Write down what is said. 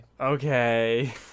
Okay